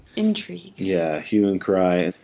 intrigue yeah, hue and cry.